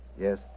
Yes